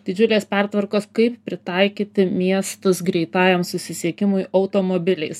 didžiulės pertvarkos kaip pritaikyti miestus greitajam susisiekimui automobiliais